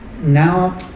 Now